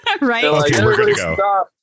right